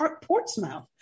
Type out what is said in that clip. Portsmouth